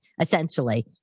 essentially